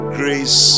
grace